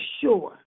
sure